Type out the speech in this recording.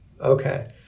Okay